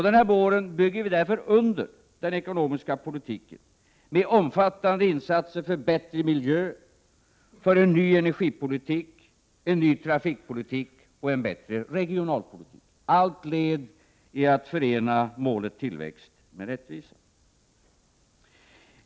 Denna vår bygger i därför under den ekonomiska politiken med omfattande insatser för e1 bättre miljö, för en ny energipolitik, för en ny trafikpolitik och för en bättre regionalpolitik. Allt detta för att förena målet tillväxt med rättvisa.